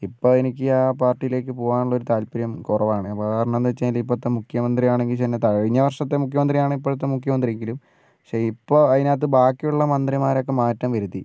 ഇപ്പൊൾ എനിക്ക് ആ പാർട്ടിയിലേക്ക് പോകാൻ ഉള്ള ഒരു താല്പര്യം കുറവാണ് കാരണം എന്ന് വെച്ചാല് ഇപ്പഴത്തെ മുഖ്യമന്ത്രി ആണെങ്കിൽ കഴിഞ്ഞ വർഷത്തെ മുഖ്യമന്ത്രിയാണ് ഇപ്പോഴത്തെ മുഖ്യമന്ത്രി എങ്കിലും പക്ഷെ ഇപ്പൊൾ അതിനകത് ബാക്കിയുള്ള മന്ത്രിമാരൊക്കെ മാറ്റം വരുത്തി